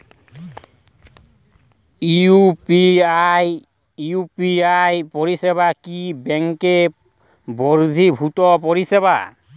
UPI পরিসেবা কি bank বর্হিভুত পরিসেবা?